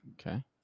Okay